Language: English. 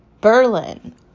Berlin